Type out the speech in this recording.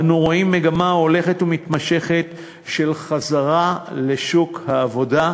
אנו רואים מגמה הולכת ומתמשכת של חזרה לשוק העבודה,